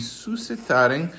suscitarem